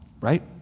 right